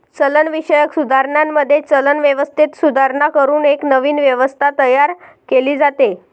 चलनविषयक सुधारणांमध्ये, चलन व्यवस्थेत सुधारणा करून एक नवीन व्यवस्था तयार केली जाते